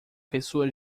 pessoa